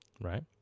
right